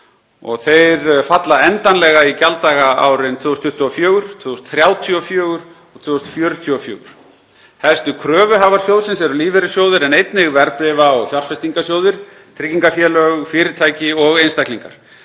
sem falla endanlega í gjalddaga árin 2024, 2034 og 2044. Helstu kröfuhafar sjóðsins eru lífeyrissjóðir, en einnig verðbréfa- og fjárfestingarsjóðir, tryggingafélög, fyrirtæki og einstaklingar.